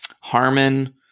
Harmon